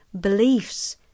beliefs